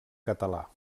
català